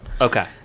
okay